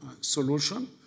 solution